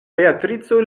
beatrico